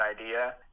idea